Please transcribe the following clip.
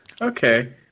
Okay